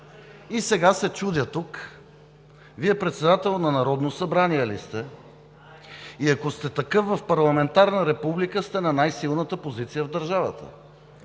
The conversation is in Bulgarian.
Сега се чудя – Вие председател на Народното събрание ли сте? И ако сте такъв в парламентарната република, сте на най-силната позиция в държавата.